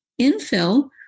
infill